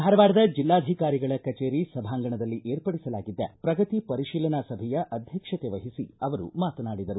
ಧಾರವಾಡದ ಜಿಲ್ಲಾಧಿಕಾರಿಗಳ ಕಚೇರಿ ಸಭಾಂಗಣದಲ್ಲಿ ಏರ್ಪಡಿಸಲಾಗಿದ್ದ ಪ್ರಗತಿ ಪರಿತೀಲನಾ ಸಭೆಯ ಅಧ್ಯಕ್ಷತೆ ವಹಿಸಿ ಅವರು ಮಾತನಾಡಿದರು